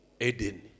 Eden